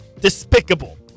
Despicable